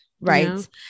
right